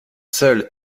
seul